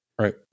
Right